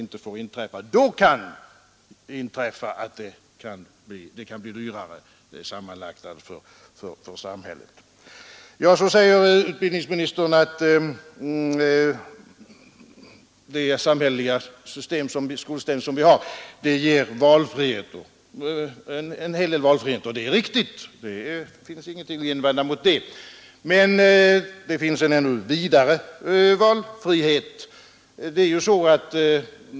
Men det är just sådant som skall utredas. Så sade utbildningsministern att det samhälleliga skolsystem som vi har ger en hel del valfrihet, och det är riktigt. Det finns ingenting att invända mot det. Men det bör finnas en ännu vidare valfrihet.